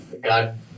God